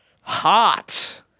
Hot